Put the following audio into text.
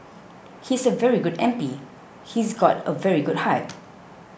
he's a very good M P he's got a very good heart